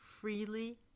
freely